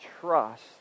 trust